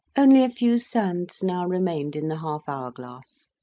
only a few sands now remained in the half-hour glass.